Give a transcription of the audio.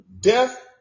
Death